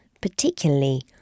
particularly